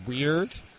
Weird